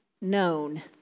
known